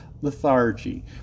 lethargy